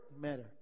matter